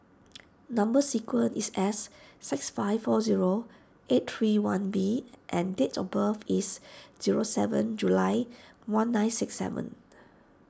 Number Sequence is S six five four zero eight three one B and date of birth is zero seven July one nine six seven